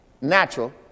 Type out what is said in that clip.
Natural